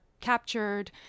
captured